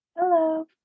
Hello